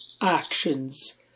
actions